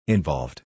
Involved